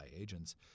agents